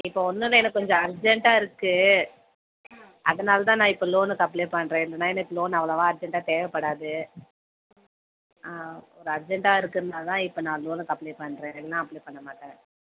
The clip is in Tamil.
இப்போ ஒன்றும் இல்லை எனக்கு கொஞ்சம் அர்ஜென்டாக இருக்குது அதனால் தான் நான் இப்போது லோனுக்கு அப்ளே பண்ணுறேன் இல்லைன்னா எனக்கு லோனு அவ்வளவாக அர்ஜென்டாக தேவைப்படாது ஆ ஒரு அர்ஜென்டாக இருக்கிறனால தான் இப்போ நான் லோனுக்கு அப்ளே பண்ணுறேன் இல்லைன்னா அப்ளே பண்ண மாட்டேன்